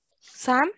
Sam